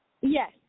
Yes